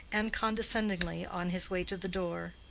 and condescendingly, on his way to the door,